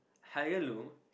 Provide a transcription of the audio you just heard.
heirloom